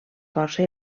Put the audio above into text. força